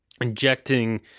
injecting